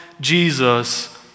Jesus